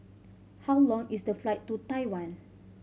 how long is the flight to Taiwan